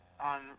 on